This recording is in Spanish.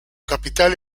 capital